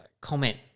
comment